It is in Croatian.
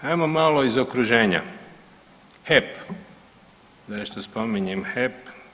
Ajmo malo iz okruženja, HEP, zašto spominjem HEP?